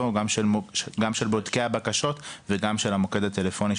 גם בעניין בודקי הבקשות וגם המענה של המוקד הטלפוני.